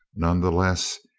none the less,